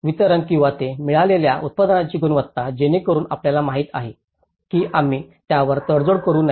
वितरण किंवा ते मिळवलेल्या उत्पादनाची गुणवत्ता जेणेकरून आपल्याला माहित आहे की आम्ही त्यावर तडजोड करू नये